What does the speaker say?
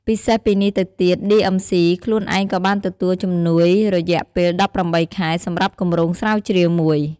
ពិសេសពីនេះទៅទៀត ឌីអឹមស៊ី (DMC) ខ្លួនឯងក៏បានទទួល ជំនួយរយៈពេល ១៨ ខែ សម្រាប់គម្រោងស្រាវជ្រាវមួយ។